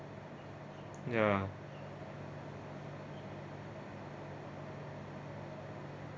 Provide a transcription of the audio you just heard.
ya